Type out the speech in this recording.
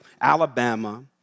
Alabama